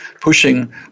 pushing